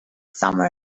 summer